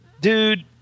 Dude